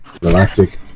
Galactic